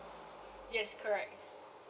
yes correct